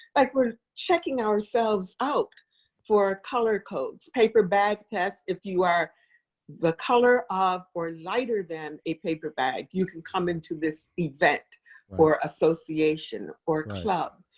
like we're checking ourselves out for color codes. paper bag test, if you are the color of or lighter than a paper bag, you can come into this event or association or club.